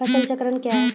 फसल चक्रण कया हैं?